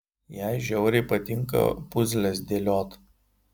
jai žiauriai patinka puzles dėliot